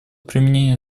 применения